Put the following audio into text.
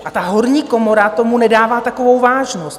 A ta horní komora tomu nedává takovou vážnost.